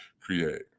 create